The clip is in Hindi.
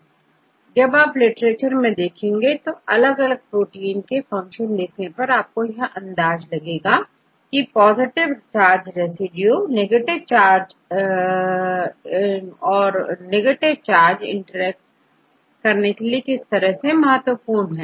अतः जब आप लिटरेचर में देखेंगे तो अलग अलग प्रोटीन के फंक्शन देखने पर आप यह अंदाज लगा सकते हैं की positive charge residue negative charge interact करने के लिए विशेष महत्वपूर्ण है